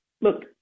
look